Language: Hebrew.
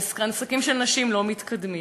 העסקים של נשים לא מתקדמים.